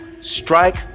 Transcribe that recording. Strike